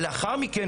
לאחר מכן,